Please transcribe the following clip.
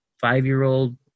five-year-old